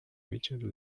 richard